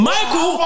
Michael